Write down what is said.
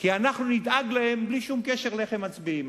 כי אנחנו נדאג להם בלי שום קשר לאיך הם מצביעים.